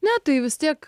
ne tai vis tiek